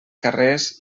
carrers